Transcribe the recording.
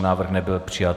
Návrh nebyl přijat.